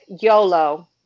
YOLO